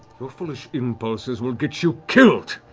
your foolish impulses will get you killed!